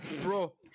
bro